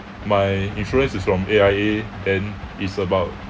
my insurance is from A_I_A and is about